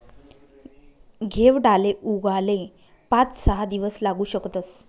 घेवडाले उगाले पाच सहा दिवस लागू शकतस